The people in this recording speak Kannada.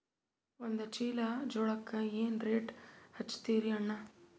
ಒಂದ ಚೀಲಾ ಜೋಳಕ್ಕ ಏನ ರೇಟ್ ಹಚ್ಚತೀರಿ ಅಣ್ಣಾ?